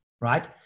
right